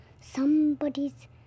somebody's